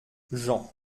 jean